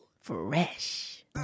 Fresh